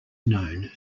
known